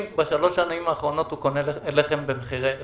ובשלוש השנים האחרונות הוא קונה לחם במחירי הפסד.